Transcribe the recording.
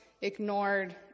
ignored